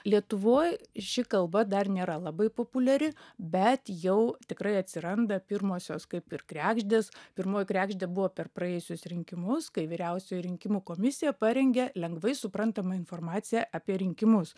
lietuvoj ir ši kalba dar nėra labai populiari bet jau tikrai atsiranda pirmosios kaip ir kregždės pirmoji kregždė buvo per praėjusius rinkimus kai vyriausioji rinkimų komisija parengė lengvai suprantamą informaciją apie rinkimus